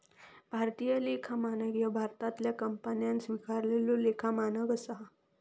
भारतीय लेखा मानक ह्या भारतातल्या कंपन्यांन स्वीकारलेला लेखा मानक असा